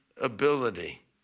ability